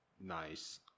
nice